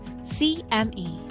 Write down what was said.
CME